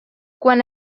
quan